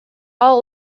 all